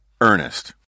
Ernest